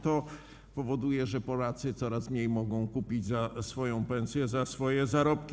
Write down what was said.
To powoduje, że Polacy coraz mniej mogą kupić za swoją pensję, za swoje zarobki.